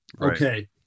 Okay